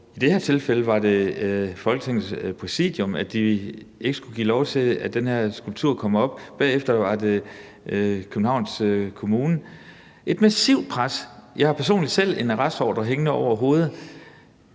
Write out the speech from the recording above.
i det her tilfælde var det Folketingets Præsidium, som ikke skulle give lov til, at den skulptur blev sat op, og bagefter var det Københavns Kommune – og jeg har personligt en arrestordre hængende over hovedet